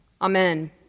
Amen